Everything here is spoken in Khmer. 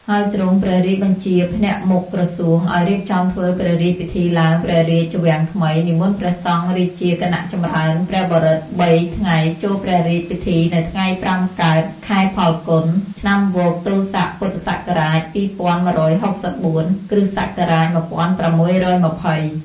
ហើយទ្រង់ព្រះរាជបញ្ជាភ្នាក់មុខក្រសួង ឲ្យរៀបចំធ្វើព្រះរាជពិធីឡើងព្រះរាជវាំងថ្មី និមន្តព្រះសង្ឃរាជាគណៈចម្រើនព្រះបរិត្ត ៣ ថ្ងៃចូលព្រះរាជពិធីនៅថ្ងៃ ៥ កើត ខែផល្គុន ឆ្នាំវកទោស័ក ពុទ្ធសករាជ ២១៦៤ គ្រិស្តសករាជ ១៦២០